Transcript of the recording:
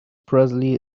presley